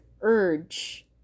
urge